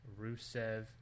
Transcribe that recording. Rusev